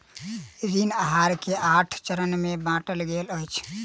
ऋण आहार के आठ चरण में बाटल गेल अछि